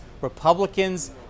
republicans